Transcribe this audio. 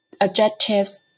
adjectives